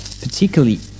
particularly